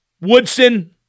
Woodson